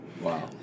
Wow